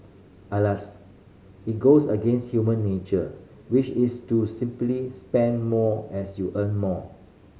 alas it goes against human nature which is to simply spend more as you earn more